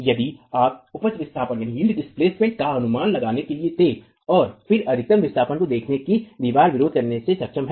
यदि आप उपज विस्थापन का अनुमान लगाने के लिए थे और फिर अधिकतम विस्थापन को देखें कि दीवार विरोध करने में सक्षम है